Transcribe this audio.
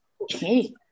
okay